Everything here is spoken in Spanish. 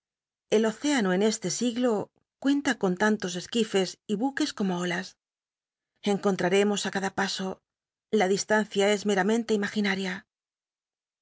el océano en este siglo cuenta con tanlos esquifes y buques como olas encotüra rcmos cada paso la distancia es meramente imaginaria